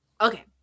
Okay